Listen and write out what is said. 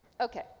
Okay